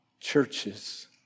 Churches